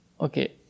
okay